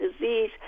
disease